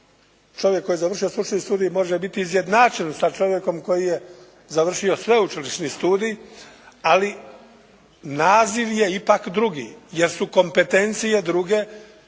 čovjek koji je završio stručni studij može biti izjednačen sa čovjekom koji je završio sveučilišni studij, ali naziv je ipak drugi jer su kompetencije druge